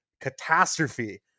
catastrophe